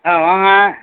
ஆ வாங்க